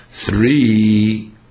three